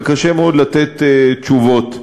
וקשה מאוד לתת תשובות.